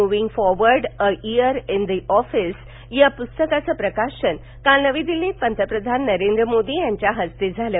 moving forward a खिर उत्त द ऑफिस या पुस्तकाचं प्रकाशन काल नवी दिल्लीत पंतप्रधान नरेंद्र मोदी यांच्या हस्ते झालं